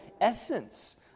essence